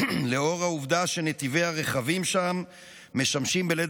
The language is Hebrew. לאור העובדה שנתיבי הרכבים שם משמשים בלית